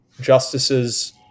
justices